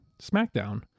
SmackDown